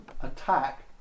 attack